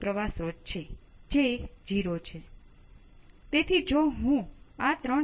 કે આ 5 વોલ્ટ સમય છે